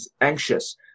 anxious